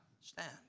stand